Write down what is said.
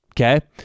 Okay